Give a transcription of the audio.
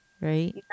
right